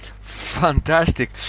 Fantastic